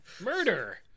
Murder